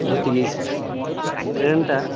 ঘুরতে গিয়েছিলাম ট্রেনটা